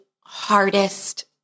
hardest